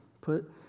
Put